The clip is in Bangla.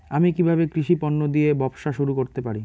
আমি কিভাবে কৃষি পণ্য দিয়ে ব্যবসা শুরু করতে পারি?